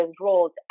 roles